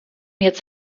jetzt